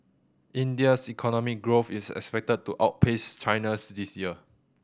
India's economic growth is expected to outpace China's this year